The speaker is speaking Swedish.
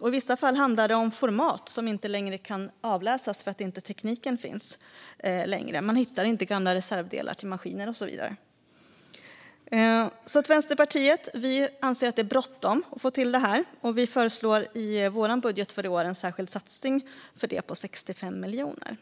och i vissa fall handlar det om format som inte längre kan avläsas därför att tekniken inte längre finns - man hittar inte reservdelar till gamla maskiner och så vidare. Vi i Vänsterpartiet anser att det är bråttom att få till detta, och vi föreslår i vår budget för i år en särskild satsning på det om 65 miljoner.